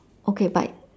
okay but